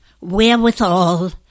wherewithal